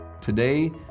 Today